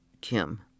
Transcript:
Kim